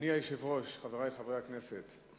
אדוני היושב-ראש, חברי חברי הכנסת,